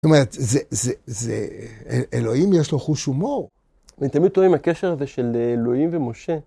זאת אומרת, זה, זה זה אלוהים יש לו חוש הומור. אני תמיד תוהה אם הקשר הזה של אלוהים ומשה.